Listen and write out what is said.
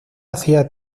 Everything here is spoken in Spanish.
hacía